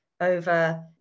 over